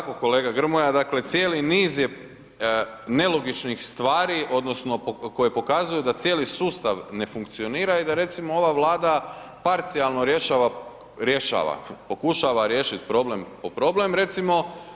Upravo tako kolega Grmoja, dakle, cijeli niz je nelogičnih stvari, odnosno, koje pokazuju da cijeli sustav ne funkcionira i da recimo, ova vlada parcijalno rješava, rješava, pokušava riješiti problem po problem, recimo.